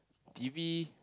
T_V